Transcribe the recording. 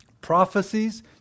Prophecies